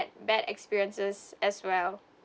bad experiences as well